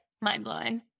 mind-blowing